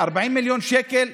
ב-40 מיליון שקל,